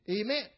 Amen